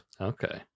okay